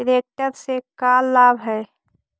Tractor से का लाभ है?